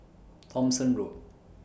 Thomson Road